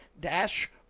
dash